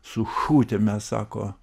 sušutę mes sako